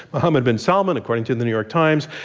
mohammad bin salman, according to and the new york times,